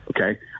Okay